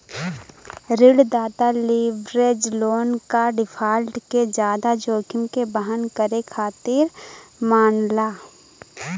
ऋणदाता leverage loan क default के जादा जोखिम के वहन करे खातिर मानला